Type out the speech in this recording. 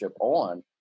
on